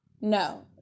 no